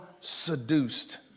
seduced